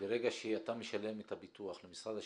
ברגע שאתה משלם את הפיתוח למשרד השיכון,